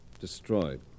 Destroyed